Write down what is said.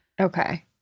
Okay